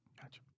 gotcha